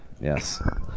Yes